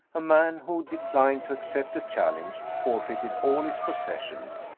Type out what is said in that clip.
a man who de clined to accept a challenge, forfeited all his possessions,